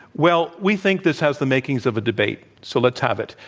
well, we think this has the makings of a debate. so, let's have it.